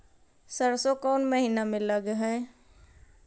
सरसों कोन महिना में लग है?